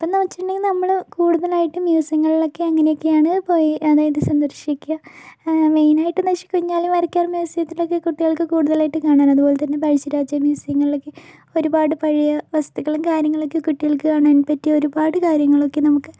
അപ്പൊന്നു വെച്ചിട്ടുണ്ടെങ്കിൽ നമ്മള് കൂടുതലായിട്ടും മ്യുസിയങ്ങളിലക്കെ അങ്ങനെയൊക്കെയാണ് പോയി അതായത് സന്ദർശിക്കുക മെയിനായിട്ട് കുഞ്ഞാലിമരക്കാർ മ്യുസിയത്തിലൊക്കെ കുട്ടികൾക്ക് കൂടുതലായിട്ട് കാണാൻ അതുപോലെത്തന്നെ പഴശ്ശിരാജാ മ്യുസിയങ്ങളിലൊക്കെ ഒരുപാട് പഴയ വസ്തുക്കളും കാര്യങ്ങളൊക്കെ കുട്ടികൾക്ക് കാണാൻ പറ്റിയ ഒരുപാട് കാര്യങ്ങളൊക്കെ നമുക്ക്